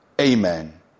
Amen